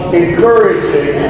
encouraging